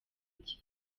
cya